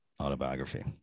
autobiography